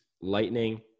Lightning